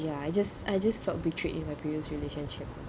ya I just I just felt betrayed in my previous relationship